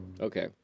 Okay